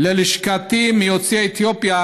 ללשכתי מיוצאי אתיופיה,